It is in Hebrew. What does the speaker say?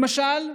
למשל,